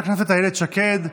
חברת הכנסת איילת שקד,